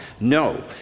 No